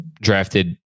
drafted